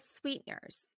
sweeteners